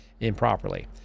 improperly